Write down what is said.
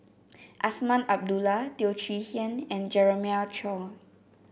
Azman Abdullah Teo Chee Hean and Jeremiah Choy